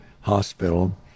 hospital